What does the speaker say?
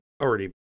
already